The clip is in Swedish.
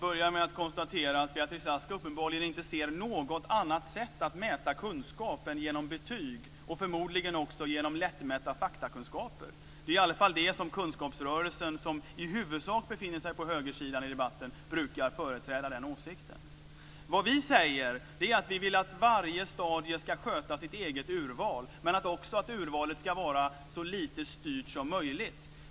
Fru talman! Beatrice Ask ser uppenbarligen inte något annat sätt att mäta kunskap än genom betyg, och förmodligen genom lättmätta faktakunskaper. Det är i alla fall den åsikt som kunskapsrörelsen, som i huvudsak befinner sig på högersidan i debatten, brukar företräda. Vad vi säger är att vi vill att varje stadium ska sköta sitt eget urval. Men också att urvalet ska vara så lite styrt som möjligt.